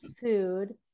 food